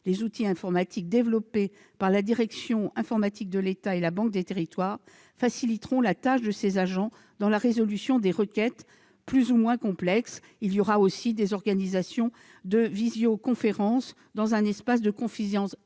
Les outils informatiques développés par la direction informatique de l'État et la Banque des territoires faciliteront la tâche de ces agents dans la résolution des requêtes plus ou moins complexes. Il y aura aussi des organisations de visioconférence dans un espace de confidentialité